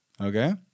Okay